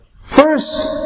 First